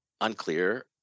unclear